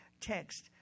text